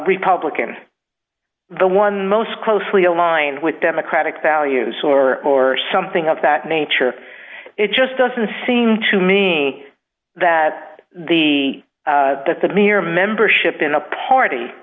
republican the one most closely aligned with democratic values or or something of that nature it just doesn't seem to me that the that the mere membership in a party